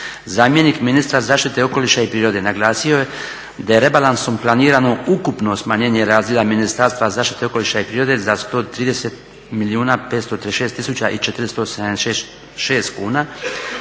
Zamjenik ministra zaštite okoliša i prirode naglasio je da je rebalansom planirano ukupno smanjenje razdjela Ministarstva zaštite okoliša i prirode za 130 milijuna 536 tisuća i 476 kuna